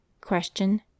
Question